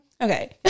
okay